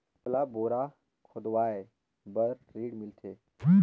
मोला बोरा खोदवाय बार ऋण मिलथे?